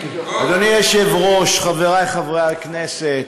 אדוני היושב-ראש, חבריי חברי הכנסת,